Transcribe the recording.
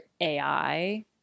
AI